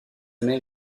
mère